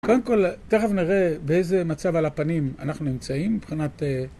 קודם כל, תכף נראה באיזה מצב על הפנים אנחנו נמצאים מבחינת...